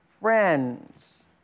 friends